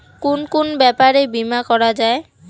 কুন কুন ব্যাপারে বীমা করা যায়?